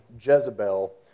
Jezebel